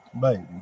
Baby